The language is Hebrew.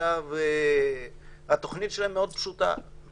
שהתוכנית שלהן מאוד פשוטה.